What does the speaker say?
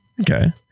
Okay